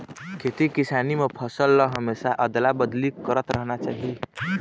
खेती किसानी म फसल ल हमेशा अदला बदली करत रहना चाही